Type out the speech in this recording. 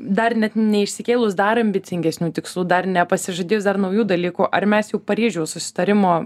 dar net neišsikėlus dar ambicingesnių tikslų dar nepasižadėjus dar naujų dalykų ar mes jau paryžiaus susitarimo